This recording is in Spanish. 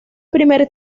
primer